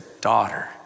daughter